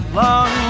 long